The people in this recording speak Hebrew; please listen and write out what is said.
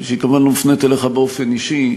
שהיא כמובן לא מופנית אליך באופן אישי.